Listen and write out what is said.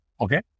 okay